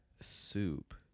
soup